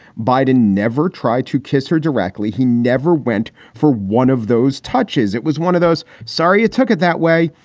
biden never tried to kiss her directly. he never went for one of those touches. it was one of those. sorry you took it that way.